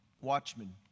watchmen